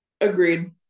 Agreed